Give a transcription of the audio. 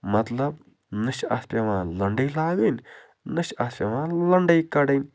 مطلب نَہ چھِ اَتھ پٮ۪وان لٔنڈٕے لاگٕنۍ نہ چھِ اَتھ پٮ۪وان لٔنٛڈٕے کَڈٕنۍ